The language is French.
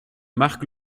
marc